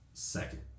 Second